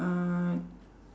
uh